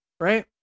right